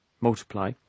multiply